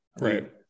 Right